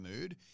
mood